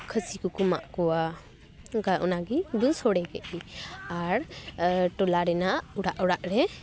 ᱠᱷᱟᱹᱥᱤ ᱠᱚᱠᱚ ᱢᱟᱜ ᱠᱚᱣᱟ ᱚᱱᱠᱟ ᱚᱱᱟᱜᱮ ᱥᱚᱲᱮ ᱠᱮᱜ ᱜᱮ ᱟᱨ ᱴᱚᱞᱟ ᱨᱮᱱᱟᱜ ᱚᱲᱟᱜ ᱚᱲᱟᱜ ᱨᱮ